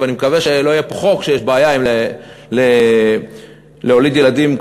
ואני מקווה שלא יהיה פה חוק שיש בעיה להוליד ילדים,